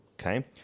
Okay